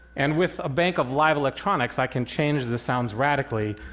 and with a bank of live electronics, i can change the sounds radically.